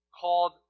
called